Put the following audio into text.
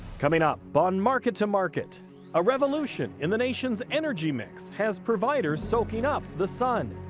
coming up but on market to market a revolution in the nation's energy mix has providers soaking up the sun.